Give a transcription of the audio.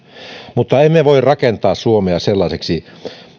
mutta emme voi rakentaa suomea sellaiseksi